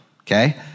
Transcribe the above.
okay